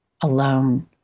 alone